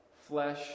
flesh